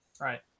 right